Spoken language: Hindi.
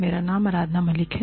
मेरा नाम आराधना मलिक है